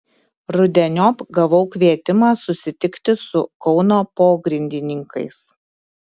rudeniop gavau kvietimą susitikti su kauno pogrindininkais